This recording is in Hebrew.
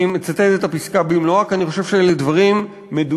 אני מצטט את הפסקה במלואה כי אני חושב שאלה דברים מדויקים,